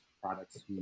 products